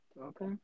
Okay